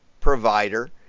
provider